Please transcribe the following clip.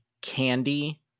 candy